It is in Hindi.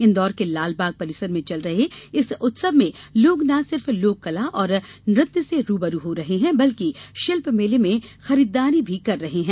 इन्दौर के लालबाग परिसर में चल रहे इस उत्सव में लोग न सिर्फ लोक कला और नृत्य से रूबरू हो रहे हैं बल्कि शिल्प मेले में खरीददारी भी कर रहे हैं